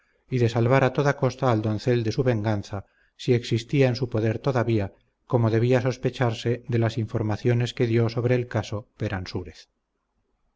y de salvar a toda costa al doncel de su venganza si existía en su poder todavía como debía sospecharse de las informaciones que dio sobre el caso